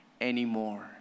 anymore